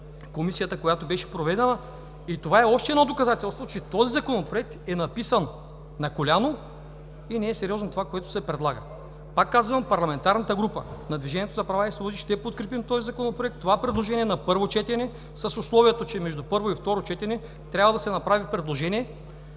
Комисията, която беше проведена. Това е още едно доказателство, че този законопроект е написан на коляно и не е сериозно това, което се предлага. Пак казвам, парламентарната група на „Движението за права и свободи“ ще подкрепим този законопроект на първо четене с условието, че между първо и второ четене трябва да се направи предложение,